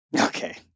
Okay